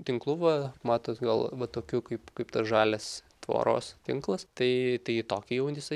tinklu va matot gal va tokiu kaip kaip tas žalias tvoros tinklas tai tai į tokią jau jisai